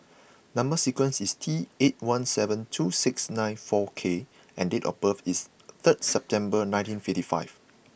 number sequence is T eight one seven two six nine four K and date of birth is third September nineteen fifty five